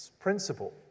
principle